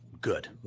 good